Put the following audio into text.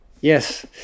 Yes